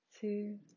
two